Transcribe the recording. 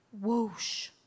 whoosh